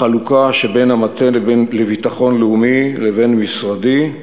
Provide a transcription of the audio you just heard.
בחלוקה שבין המטה לביטחון לאומי לבין משרדי,